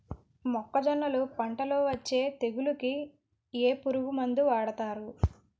మొక్కజొన్నలు పంట లొ వచ్చే తెగులకి ఏ పురుగు మందు వాడతారు?